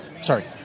sorry